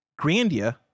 grandia